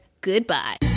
Goodbye